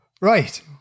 Right